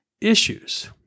issues